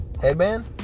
Headband